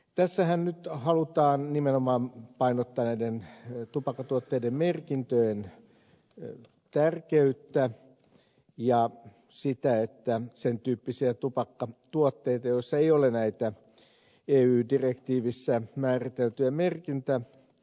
tässähän nyt halutaan nimenomaan painottaa näiden tupakkatuotteiden merkintöjen tärkeyttä ja sitä että sen tyyppisten tupakkatuotteiden joissa ei ole näitä eu direktiivissä määriteltyjä merkintä